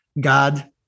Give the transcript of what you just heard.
God